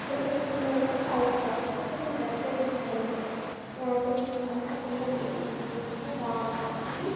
కొంచెం స్కిన్ అనేది టైటుగా అంటే కొంచెం గట్టిగా చేస్తుందనమాట కొంచెం అంత తొందరగా ఏజ్ కనిపియ్యకుండా బాగా ఇది